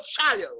child